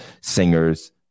singers